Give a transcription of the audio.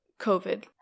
COVID